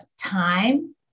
time